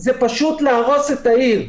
זה פשוט להרוס את העיר.